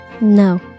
No